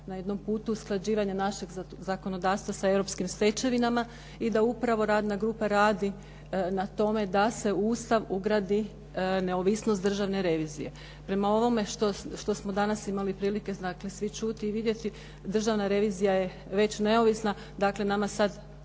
na jednom putu usklađivanja našeg zakonodavstava sa europskim stečevinama i da upravo radna grupa radi na tome da se u Ustav ugradi neovisnost Države revizije. Prema ovome što smo danas prilike imati čuti i vidjeti Državna revizija je već neovisna, dakle nama sada